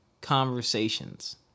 conversations